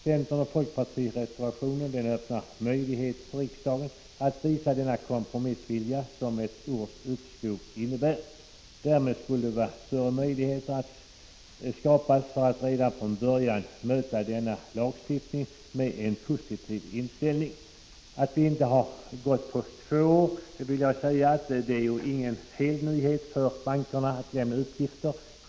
Centeroch folkpartireservationen öppnar möjligheten för riksdagen att visa den kompromissvilja som ett års uppskov innebär. Därmed skulle större möjligheter skapas för att redan från början möta denna lagstiftning med en positiv inställning. Att vi inte biträder reservation 2 beror på att det inte är helt nytt för bankerna att lämna uppgifter.